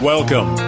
Welcome